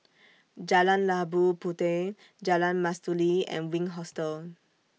Jalan Labu Puteh Jalan Mastuli and Wink Hostel